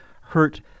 hurt